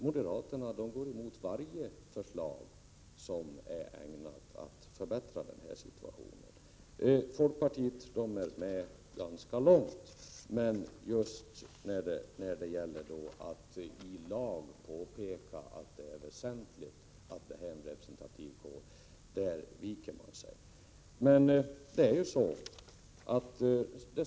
Moderaterna går emellertid emot varje förslag som är ägnat att förbättra 1 situationen. Folkpartiet är berett att följa förslaget ganska långt, men viker sig just när det gäller att i lag formulera att det är väsentligt att nämndemannakåren är representativ.